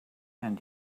and